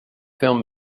film